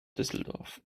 düsseldorf